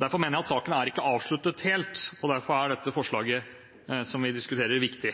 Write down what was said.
Derfor mener jeg at saken ikke er avsluttet helt, og derfor er dette forslaget som vi diskuterer, viktig.